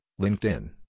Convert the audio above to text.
LinkedIn